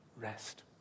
rest